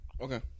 okay